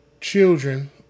children